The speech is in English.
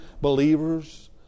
believers